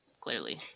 Clearly